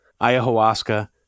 ayahuasca